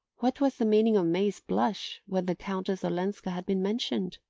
what was the meaning of may's blush when the countess olenska had been mentioned?